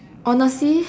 honestly